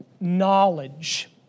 knowledge